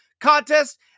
contest